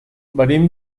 venim